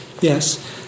yes